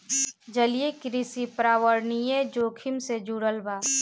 जलीय कृषि पर्यावरणीय जोखिम से जुड़ल बा